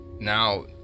Now